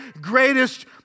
greatest